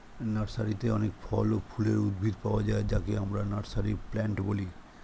নার্সারিতে অনেক ফল ও ফুলের উদ্ভিদ পাওয়া যায় যাকে আমরা নার্সারি প্লান্ট বলি